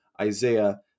Isaiah